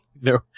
no